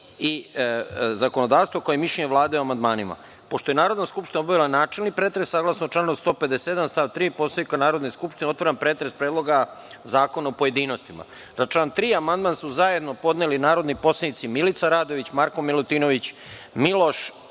i zakonodavstvo kao i mišljenje Vlade o amandmanima. Pošto je Narodna skupština obavila načelni pretres saglasno članu 157. stav 3. Poslovnika Narodne skupštine, otvaram pretres Predloga zakona u pojedinostima. Na član 3. amandman su zajedno podneli narodni poslanici Milica Radović, Marko Milutinović, Miloš